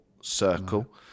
circle